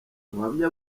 abahamya